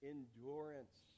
Endurance